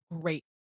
great